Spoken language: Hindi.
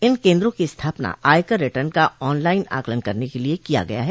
इन केन्द्रों की स्थापना आयकर रिटर्न का ऑन लाईन आकलन करने के लिए किया गया है